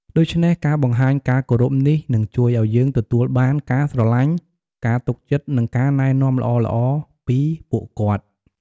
ដូច្នេះ ការបង្ហាញការគោរពនេះ នឹងជួយឱ្យយើងទទួលបាន ការស្រឡាញ់ ការទុកចិត្ត និងការណែនាំល្អៗពីពួកគាត់។